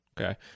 okay